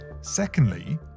Secondly